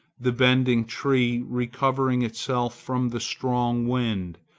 the bended tree recovering itself from the strong wind,